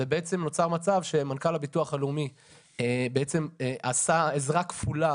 ובעצם נוצר מצב שמנכ"ל הביטוח הלאומי בעצם עשה עזרה כפולה